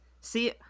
see